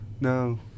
No